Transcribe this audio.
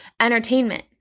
entertainment